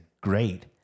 great